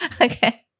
Okay